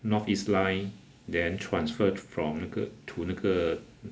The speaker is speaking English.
north east line then transfer t~ from 那个 to 那个